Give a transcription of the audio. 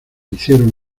hicieron